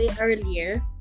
earlier